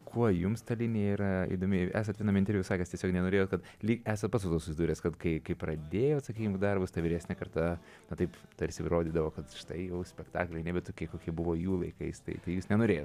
kuo jums nėra įdomi esant vienam interviu sakęs tiesiog nenorėjot kad lyg esą pats susidūręs kad kai pradėjo sakykim darbus ta vyresnė karta na taip tarsi rodydavo kad štai jau spektakliai nebe tokie kokie buvo jų laikais tai jūs nenorėjot